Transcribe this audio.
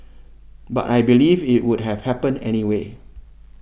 but I believe it would have happened anyway